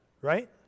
right